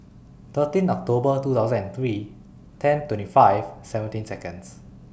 thirteen October two thousand and three ten twenty five seventeen Seconds